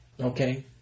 Okay